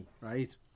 right